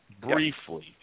briefly